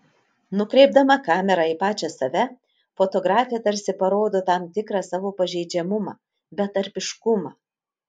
nukreipdama kamerą į pačią save fotografė tarsi parodo tam tikrą savo pažeidžiamumą betarpiškumą